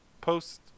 post